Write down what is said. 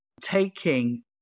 taking